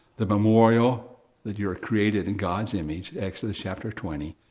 the memorial that you are created in god's image, exodus chapter twenty,